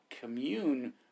commune